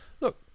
look